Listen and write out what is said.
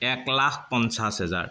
এক লাখ পঞ্চাছ হেজাৰ